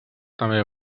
també